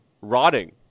rotting